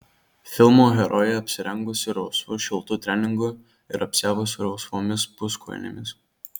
filmo herojė apsirengusi rausvu šiltu treningu ir apsiavusi rausvomis puskojinėmis